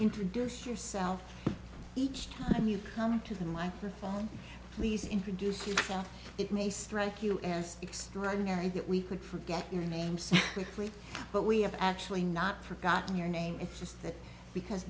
introduce yourself each time you come into the microphone please introduce yourself it may strike you as extraordinary that we could forget your name so quickly but we have actually not forgotten your name it's just that because